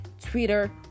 twitter